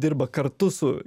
dirba kartu su